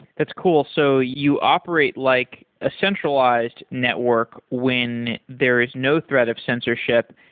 that's cool. so you operate like a centralized network when there is no threat of censorship,